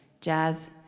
jazz